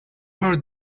heard